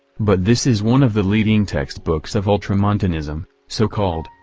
but this is one of the leading textbooks of ultramontanism, so-called,